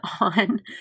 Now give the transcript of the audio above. on